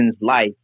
life